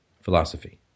philosophy